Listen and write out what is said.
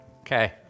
Okay